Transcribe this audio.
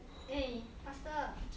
eh faster